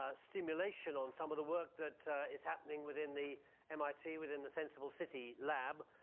ah stimulation on some of the work that is happening within the mit within the senseable city lab.